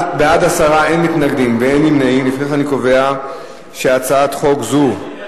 ההצעה להעביר את הצעת חוק איסור לשון הרע (תיקון,